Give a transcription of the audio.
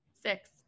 Six